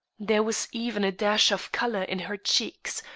there was even a dash of color in her cheeks,